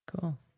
Cool